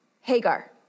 Hagar